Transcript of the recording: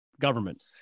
government